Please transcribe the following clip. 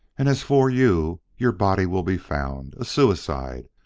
and as for you, your body will be found a suicide!